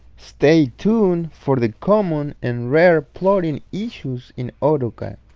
stay tuned for the common and rare plotting issues in autocad